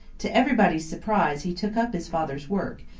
to everybody's surprise he took up his father's work,